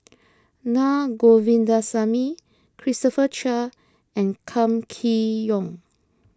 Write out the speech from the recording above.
Na Govindasamy Christopher Chia and Kam Kee Yong